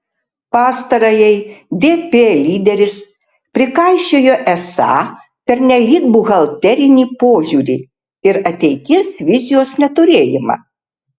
pastarajai dp lyderis prikaišiojo esą pernelyg buhalterinį požiūrį ir ateities vizijos neturėjimą